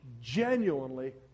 genuinely